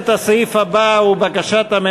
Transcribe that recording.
הכנסת דחתה את כל הצעות האי-אמון